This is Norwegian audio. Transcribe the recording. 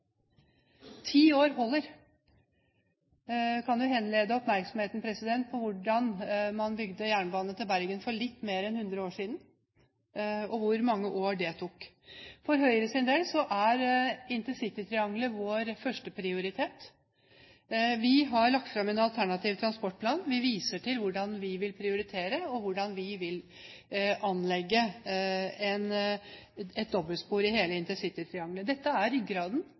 Ti år holder. Jeg kan jo henlede oppmerksomheten på hvordan man bygde jernbane til Bergen for litt over 100 år siden, og hvor mange år det tok. For Høyres del er intercitytriangelet vår førsteprioritet. Vi har lagt fram en alternativ transportplan. Vi viser til hvordan vi vil prioritere og hvordan vi vil anlegge et dobbeltspor i hele intercitytriangelet. Dette er ryggraden,